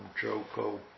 Joko